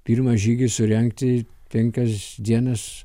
pirmas žygis surengti penkias dienas